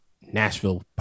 Nashville